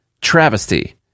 travesty